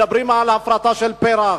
מדברים על הפרטה של פר"ח,